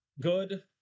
good